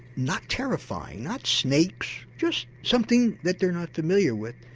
not terrifying, not snakes, just something that they're not familiar with,